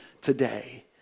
today